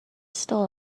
stole